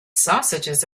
sausages